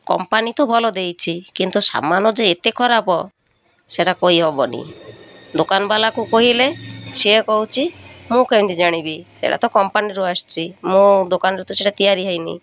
company ତ ଭଲ ଦେଇଛି କିନ୍ତୁ ସାମାନ ଯେ ଏତେ ଖରାପ ସେଇଟା କହିହବନି ଦୋକାନବାଲାକୁ କହିଲେ ସିଏ କହୁଛି ମୁଁ କେମିତି ଜାଣିବି ସେଇଟା ତ କମ୍ପାନୀରୁ ଆସିଛି ମୋ ଦୋକାନରୁ ତ ସେଇଟା ତିଆରି ହେଇନି